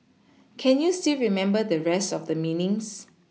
can you still remember the rest of the meanings